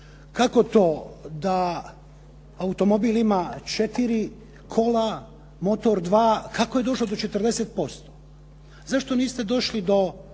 kako to da automobil ima četiri kola, motor dva, kako je došao do 40$? Zašto niste došli do